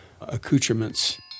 accoutrements